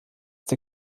der